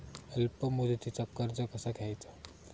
अल्प मुदतीचा कर्ज कसा घ्यायचा?